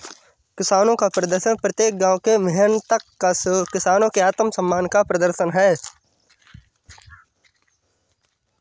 किसानों का प्रदर्शन प्रत्येक गांव के मेहनतकश किसानों के आत्मसम्मान का प्रदर्शन है